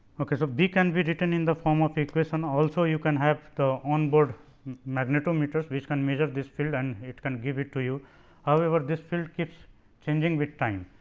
ok. so, b can be written in the form of equation. also you can have the on board magnetometers which can measure this field and it can give it to you however, this field keeps changing with time.